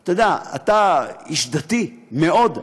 אתה יודע, החיים, אתה איש דתי מאוד.